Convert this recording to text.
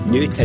New